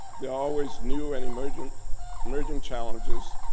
there are always new and emerging emerging challenges,